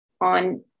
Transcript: on